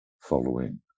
following